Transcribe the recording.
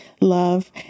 love